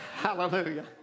Hallelujah